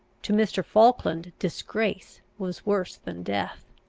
to mr. falkland disgrace was worse than death.